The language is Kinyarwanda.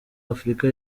afurika